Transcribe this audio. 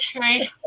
Right